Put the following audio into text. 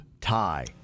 tie